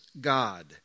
God